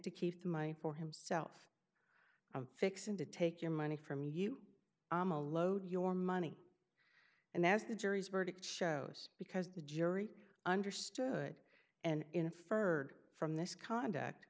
to keep the might for himself i'm fixing to take your money from you load your money and that's the jury's verdict shows because the jury understood and inferred from this conduct